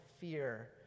fear